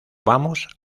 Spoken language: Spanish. vamos